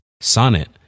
Sonnet